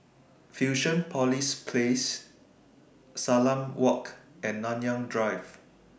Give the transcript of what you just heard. Fusionopolis Place Salam Walk and Nanyang Drive